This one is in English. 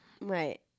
Right